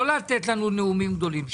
לא לתת לנו נאומים גדולים.